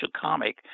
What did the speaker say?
comic